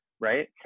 right